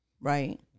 right